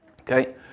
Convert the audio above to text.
Okay